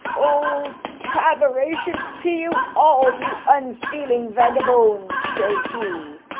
oh, tattheration to you all, you unfeeling vagabones! says he,